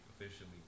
officially